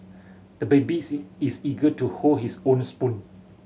the babies is eager to hold his own spoon